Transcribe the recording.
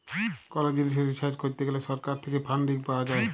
call জিলিসে research করত গ্যালে সরকার থেক্যে ফান্ডিং পাওয়া যায়